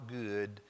good